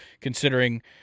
Considering